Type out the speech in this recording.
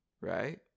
right